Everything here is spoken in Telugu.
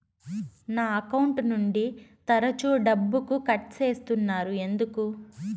నా అకౌంట్ నుండి తరచు డబ్బుకు కట్ సేస్తున్నారు ఎందుకు